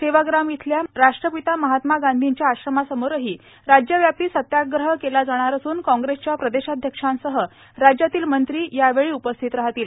सेवाग्रामातील राष्ट्रपिता महात्मा महात्मा गांधींच्या आश्रमासमोरही राज्यव्यापी सत्याग्रह केला जाणार असून काँग्रेसच्या प्रदेशाध्यक्षांसह राज्यातील मंत्री यावेळी उपस्थित राहणार आहेत